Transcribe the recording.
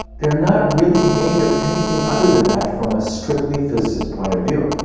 they're not really made of anything other than that from a strictly physicist's point of view.